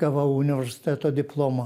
gavau universiteto diplomą